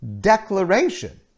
declaration